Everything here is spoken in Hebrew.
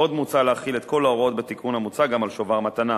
עוד מוצע להחיל את כל ההוראות בתיקון המוצע גם על שובר מתנה.